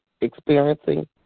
experiencing